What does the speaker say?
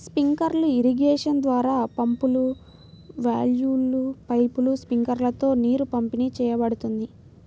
sprinkler irrigation ద్వారా పంపులు, వాల్వ్లు, పైపులు, స్ప్రింక్లర్లతో నీరు పంపిణీ చేయబడుతుంది